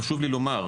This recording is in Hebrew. חשוב לי לומר,